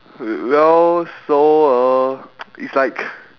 hmm well so uh it's like